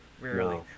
Rarely